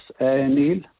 Neil